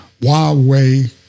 Huawei